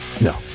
No